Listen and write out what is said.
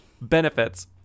Benefits